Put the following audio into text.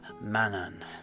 Manan